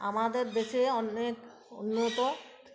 আমাদের বেশি অনেক উন্নত